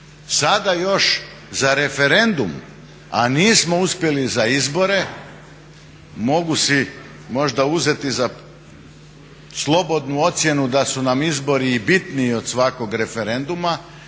Sada još za referendum, a nismo uspjeli za izbore mogu si možda uzeti za slobodnu ocjenu da su nam i izbori i bitniji od svakog referenduma,